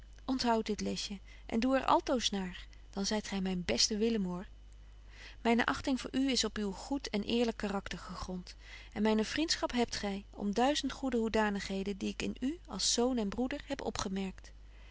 onthoudt dit lesje en doe er altoos naar dan zyt gy myn beste willem hoor myne achting voor u is op uw goed en eerlyk karakter gegront en myne vriendschap hebt gy om duizend goede hoedanigheden die ik in u als zoon en broeder heb opgemerkt